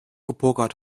gepokert